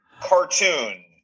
cartoon